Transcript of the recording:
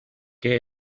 qué